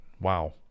Wow